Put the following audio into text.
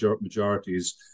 majorities